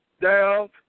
Down